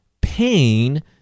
pain